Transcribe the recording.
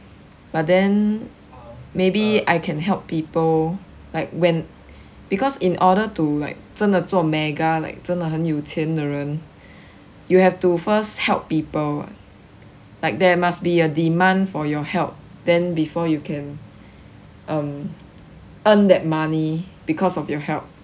but then maybe I can help people like when because in order to like 真的做 mega like 真的很有钱的人 you have to first help people like there must be a demand for your help then before you can um earn that money because of your help